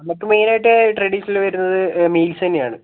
നമുക്ക് മെയിനായിട്ട് ട്രഡീഷണൽ വരുന്നത് മീൽസ് തന്നെയാണ്